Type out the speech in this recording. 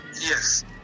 Yes